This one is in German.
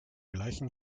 gleichen